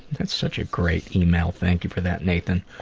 that's such a great email, thank you for that, nathan.